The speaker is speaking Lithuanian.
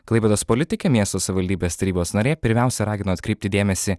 klaipėdos politikai miesto savivaldybės tarybos narė pirmiausia ragino atkreipti dėmesį